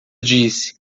disse